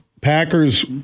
Packers